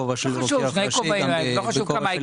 בהסדר.